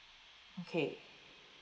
okay